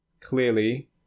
clearly